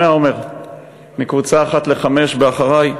ב"אחריי!"